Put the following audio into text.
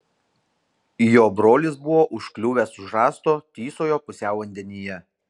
jo brolis buvo užkliuvęs už rąsto tysojo pusiau vandenyje